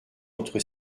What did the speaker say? entre